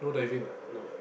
no